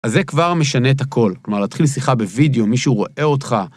‫אז זה כבר משנה את הכול. ‫כלומר, להתחיל שיחה בווידאו, ‫מישהו רואה אותך...